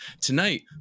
Tonight